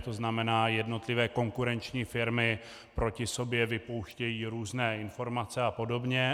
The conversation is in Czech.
To znamená, jednotlivé konkurenční firmy proti sobě vypouštějí různé informace a podobně.